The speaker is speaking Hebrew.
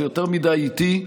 זה יותר מדי איטי.